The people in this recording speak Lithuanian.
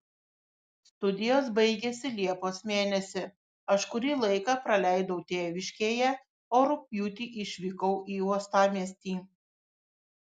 studijos baigėsi liepos mėnesį aš kurį laiką praleidau tėviškėje o rugpjūtį išvykau į uostamiestį